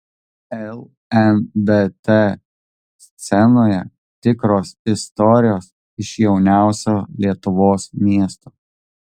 lndt scenoje tikros istorijos iš jauniausio lietuvos miesto